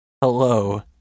Hello